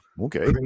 okay